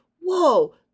whoa